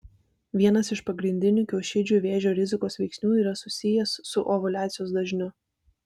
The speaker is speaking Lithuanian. vienas iš pagrindinių kiaušidžių vėžio rizikos veiksnių yra susijęs su ovuliacijos dažniu